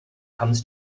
comes